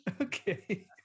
okay